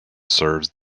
serves